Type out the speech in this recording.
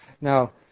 Now